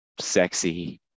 sexy